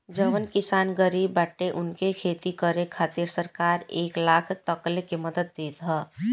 जवन किसान गरीब बाटे उनके खेती करे खातिर सरकार एक लाख तकले के मदद देवत ह